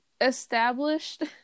established